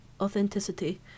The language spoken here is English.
authenticity